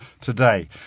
today